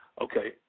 Okay